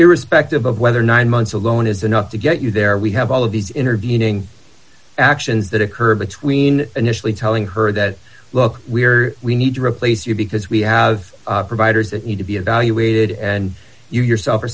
irrespective of whether nine months alone is enough to get you there we have all of these intervening actions that occur between initially telling her that look we are we need to replace you because we have providers that need to be evaluated and you yourself are